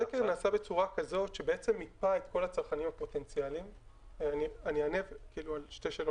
ומשרד הכלכלה -- אם זה היה משביע רצון